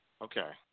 Okay